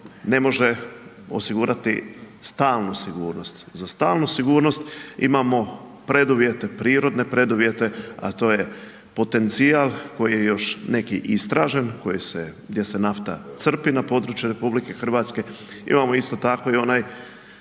ne može osigurati stalnu sigurnost. Za stalnu sigurnost imamo preduvjete, prirodne preduvjete, a to je potencijal koji je još neki i istražen, koji se, gdje se nafta crpi na području RH. Imamo isto tako i onaj